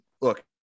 look